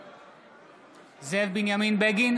בעד זאב בנימין בגין,